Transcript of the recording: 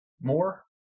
More